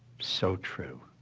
so true.